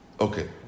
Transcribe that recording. okay